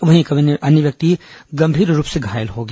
वहीं एक अन्य व्यक्ति गंभीर रूप से घायल हो गया